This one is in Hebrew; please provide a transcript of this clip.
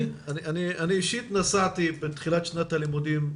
אני אישית נסעתי בתחילת שנת הלימודים,